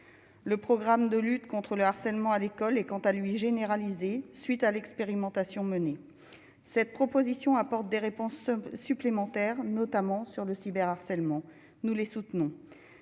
le programme de lutte contre le harcèlement à l'école est quant à lui, généralisé suite à l'expérimentation menée cette proposition apporte des réponses supplémentaires, notamment sur le cyber harcèlement nous les soutenons,